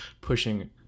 pushing